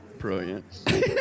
Brilliant